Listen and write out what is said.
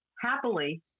happily